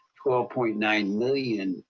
twelve point nine million,